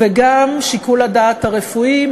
וגם שיקול הדעת הרפואי,